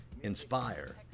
inspire